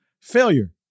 failure